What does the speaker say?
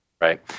right